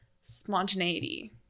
spontaneity